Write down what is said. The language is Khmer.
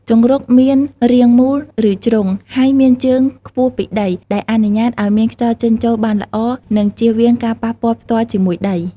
ជង្រុកមានរាងមូល ឬជ្រុង ហើយមានជើងខ្ពស់ពីដី ដែលអនុញ្ញាតឲ្យមានខ្យល់ចេញចូលបានល្អ និងជៀសវាងការប៉ះពាល់ផ្ទាល់ជាមួយដី។